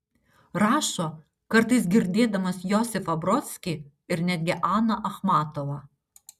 rašo kartais girdėdamas josifą brodskį ir netgi aną achmatovą